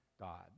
God